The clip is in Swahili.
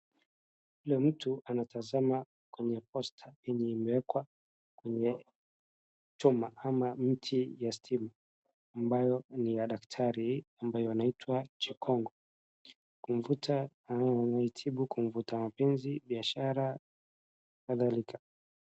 Kila mtu anatazama kwenye posta yenye imewekwa kwenye chuma ama mti ya stima ambayo ni ya daktari ambaye anaitwa Chikongo, kumfuta anayetibu kumfuta mapenzi, biashara na kadhalika.